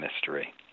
mystery